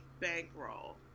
bankroll